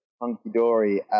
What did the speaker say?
hunky-dory